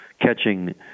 Catching